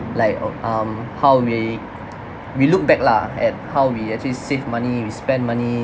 like oo um how we we look back lah at how we actually save money we spend money